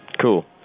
Cool